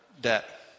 debt